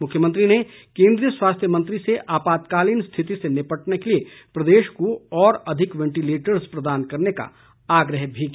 मुख्यमंत्री ने केन्द्रीय स्वास्थ्य मंत्री से आपातकालीन स्थिति से निपटने के लिए प्रदेश को और अधिक वेंटिलेटर्स प्रदान करने का आग्रह भी किया